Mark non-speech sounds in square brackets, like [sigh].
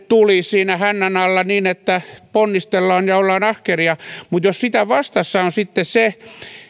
[unintelligible] tuli siinä hännän alla niin että ponnistellaan ja ollaan ahkeria mutta jos sitä vastassa on sitten se